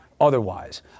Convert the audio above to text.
otherwise